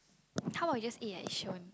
how about we just eat at Yishun